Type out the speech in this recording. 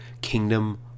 Kingdom